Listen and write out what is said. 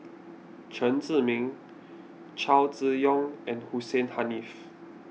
Chen Zhiming Chow Chee Yong and Hussein Haniff